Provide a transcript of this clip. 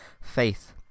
Faith